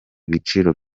biciro